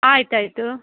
ಆಯ್ತು ಆಯ್ತು